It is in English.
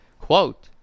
Quote